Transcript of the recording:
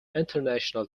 international